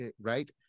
right